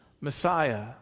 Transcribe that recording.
Messiah